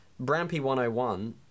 Brampy101